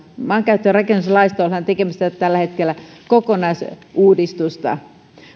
maankäyttö ja rakennuslaista ollaan tekemässä tällä hetkellä kokonaisuudistusta